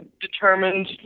determined